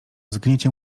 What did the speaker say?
zgniecie